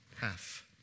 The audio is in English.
half